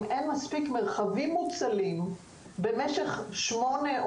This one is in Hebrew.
אם אין מספיק מרחבים מוצלים במשך שמונה,